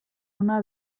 una